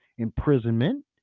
Imprisonment